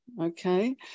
okay